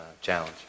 challenge